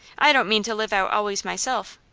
i don't mean to live out always myself.